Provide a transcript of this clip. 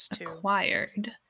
acquired